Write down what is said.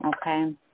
Okay